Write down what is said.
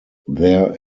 there